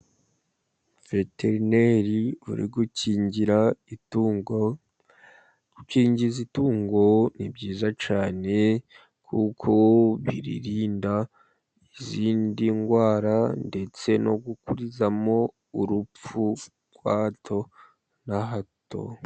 Veterineri uri gukingira itungo. Gukingiza itungo ni byiza cyane kuko biririnda izindi ndwara, ndetse no gukurizamo urupfu rwa hato na hato.